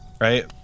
Right